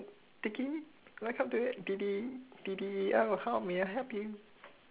welcome to uh D_D D_D_E_L how may I help you